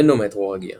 מנומטרורגיה